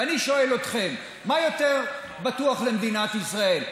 ואני שואל אתכם: מה יותר בטוח למדינת ישראל,